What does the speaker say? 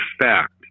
fact